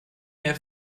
mehr